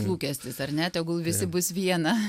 lūkestis ar ne tegul visi bus viena